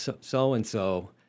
so-and-so